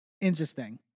Interesting